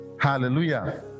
hallelujah